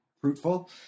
fruitful